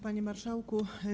Panie Marszałku!